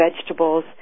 vegetables